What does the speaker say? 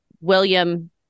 William